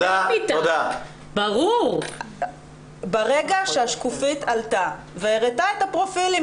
ברגע שהשקופית עלתה והראתה את הפרופילים,